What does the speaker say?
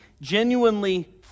genuinely